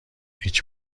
هیچ